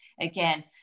again